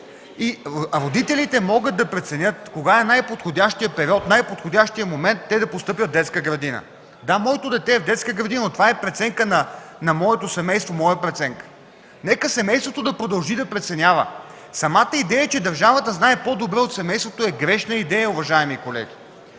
Родителите могат да преценят кога е най-подходящият период, най-подходящият момент те да постъпят в детска градина. Да, моето дете е в детска градина, но това е преценка на моето семейство и моя преценка. Нека семейството да продължи да преценява. Самата идея, че държавата знае по-добре от семейството, е грешна идея, уважаеми колеги.